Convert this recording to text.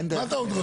מה אתה עוד רוצה.